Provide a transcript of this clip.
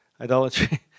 idolatry